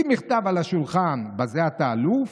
שים מכתב על השולחן, בזה אתה אלוף.